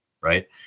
right